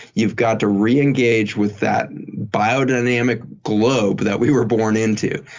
you've got to re-engage with that biodynamic globe that we were born into.